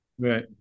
Right